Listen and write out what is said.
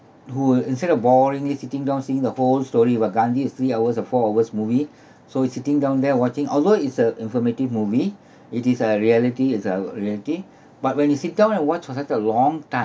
who instead of boring it sitting down seeing the whole story about gandhi is three hours or four hours movie so it's sitting down there watching although it's a informative movie it is a reality it's a reality but when you sit down and watch for such a long